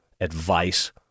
advice